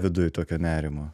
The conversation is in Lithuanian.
viduj tokio nerimo